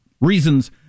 reasons